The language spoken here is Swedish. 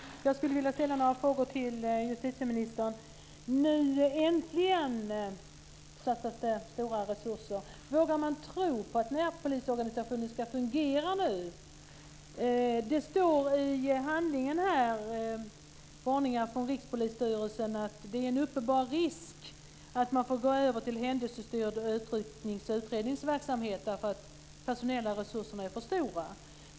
Fru talman! Jag skulle vilja ställa några frågor till justitieministern. Äntligen satsas det stora resurser. Vågar man tro på att närpolisorganisationen ska fungera nu? Det står i handlingen här - det är varningar från Rikspolisstyrelsen - att det är en uppenbar risk att man får gå över till händelsestyrd utredningsverksamhet därför att de personella resurserna är för stora.